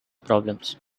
problems